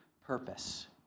purpose